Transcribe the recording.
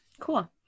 Cool